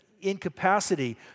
incapacity